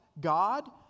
God